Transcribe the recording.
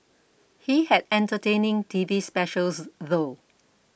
he had entertaining T V specials though